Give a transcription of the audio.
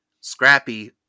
Scrappy